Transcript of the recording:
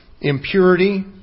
impurity